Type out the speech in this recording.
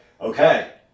okay